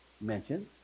mentioned